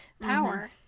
power